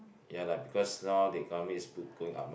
ya lah because now the economy is going up mah